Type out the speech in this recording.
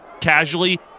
casually